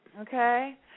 Okay